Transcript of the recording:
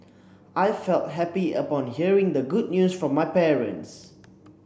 I felt happy upon hearing the good news from my parents